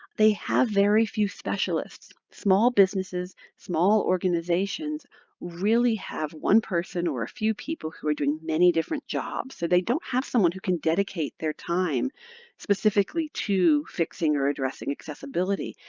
they have very few specialists. small businesses, small organizations really have one person or a few people who are doing many different jobs, so they don't have someone who can dedicate their time specifically to fixing or addressing accessibility.